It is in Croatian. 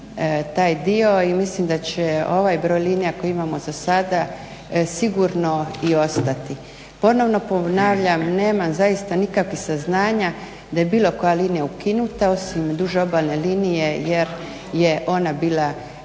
taj dio i mislim da će ovaj broj linija koji imamo za sada sigurno i ostati. Ponovno ponavljam, nema zaista nikakvih saznanja da je bilo koja linija ukinuta, osim duž obalne linije jer je ona bila